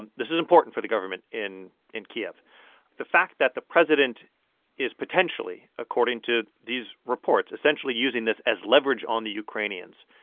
and this is important for the government in in kyiv the fact that the president is potentially, according to these reports, essentially using this as leverage on the ukrainians,